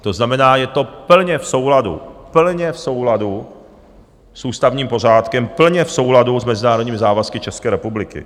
To znamená, je to plně v souladu plně v souladu s ústavním pořádkem, plně v souladu s mezinárodními závazky České republiky.